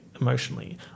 emotionally